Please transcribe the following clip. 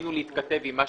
ניסינו להתכתב עם מה